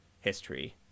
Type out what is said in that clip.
history